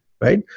right